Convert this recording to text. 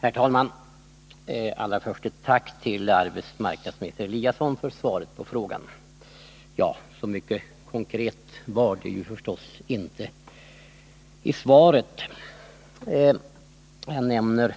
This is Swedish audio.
Herr talman! Allra först vill jag tacka arbetsmarknadsminister Eliasson för svaret på frågan. Så mycket konkret fanns det nu inte i svaret. Arbetsmarknadsministern anger